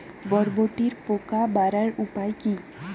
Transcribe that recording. বরবটির পোকা মারার উপায় কি?